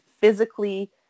physically